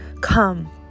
Come